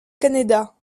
canéda